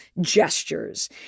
gestures